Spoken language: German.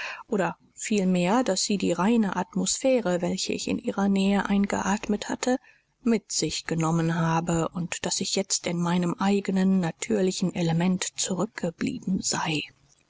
oder vielmehr daß sie die reine atmosphäre welche ich in ihrer nähe eingeatmet hatte mit sich genommen habe und daß ich jetzt in meinem eigenen natürlichen element zurückgeblieben sei